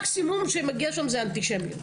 מקסימום שמגיע לשם זה אנטישמיות.